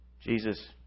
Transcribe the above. Jesus